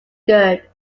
good